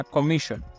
Commission